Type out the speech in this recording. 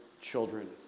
children